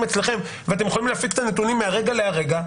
אצלכם ואתם יכולים להפיק את הנתונים מהרגע להרגע.